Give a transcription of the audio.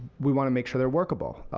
we want to make sure they are workable.